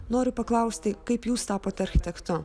noriu paklausti kaip jūs tapot architektu